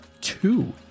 Two